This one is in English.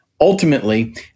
ultimately